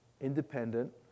independent